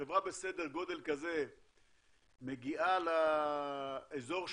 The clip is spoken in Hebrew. חברה בסדר גודל כזה מגיעה לאזור שלנו,